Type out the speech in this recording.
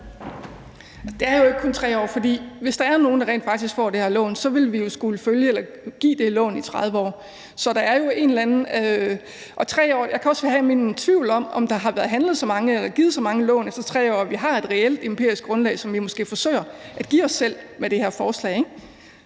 Det er jo ikke kun 3 år. For hvis der er nogle, der rent faktisk får det her lån, så vil vi jo skulle give det lån i 30 år. Og jeg kan også have mine tvivl om, om der har været givet så mange lån efter 3 år, at vi har et reelt empirisk grundlag, som vi måske forsøger at give os selv med det her forslag.